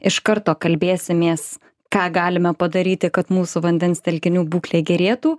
iš karto kalbėsimės ką galime padaryti kad mūsų vandens telkinių būklė gerėtų